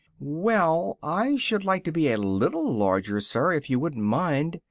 well, i should like to be a little larger, sir, if you wouldn't mind,